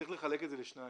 יש לחלק את זה לשתיים: